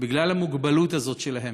בגלל המוגבלות הזאת שלהם,